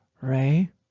Ray